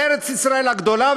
ועל ארץ-ישראל הגדולה.